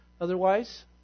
Otherwise